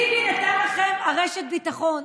טיבי נתן לכם רשת ביטחון.